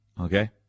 Okay